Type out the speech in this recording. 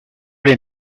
les